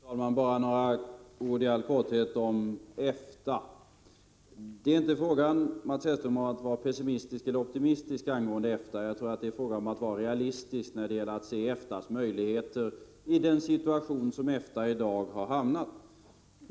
Fru talman! Bara några ord i all korthet om EFTA. Det är inte fråga, Mats Hellström, om att vara pessimistisk eller optimistisk angående EFTA. Jag tror att det är fråga om att vara realistisk när det gäller att se EFTA:s möjligheter i den situation där EFTA i dag har hamnat.